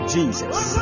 Jesus